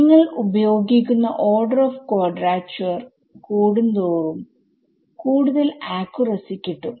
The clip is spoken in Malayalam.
നിങ്ങൾ ഉപയോഗിക്കുന്ന ഓർഡർ ഓഫ് ക്വാഡ്രാച്ചുഅർ കൂടുന്തോറും കൂടുതൽ ആക്കുറസികിട്ടും